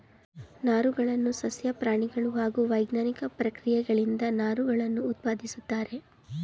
ನಾರುಗಳನ್ನು ಸಸ್ಯ ಪ್ರಾಣಿಗಳು ಹಾಗೂ ವೈಜ್ಞಾನಿಕ ಪ್ರಕ್ರಿಯೆಗಳಿಂದ ನಾರುಗಳನ್ನು ಉತ್ಪಾದಿಸುತ್ತಾರೆ